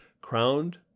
crowned